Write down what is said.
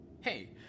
Hey